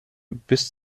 bis